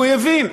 הוא הבין.